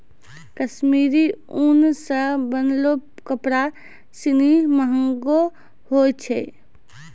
कश्मीरी उन सें बनलो कपड़ा सिनी महंगो होय छै